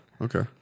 Okay